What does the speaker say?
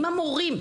אם המורים,